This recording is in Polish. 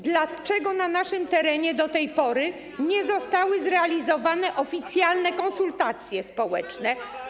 Dlaczego na naszym terenie do tej pory nie zostały zrealizowane oficjalne konsultacje społeczne.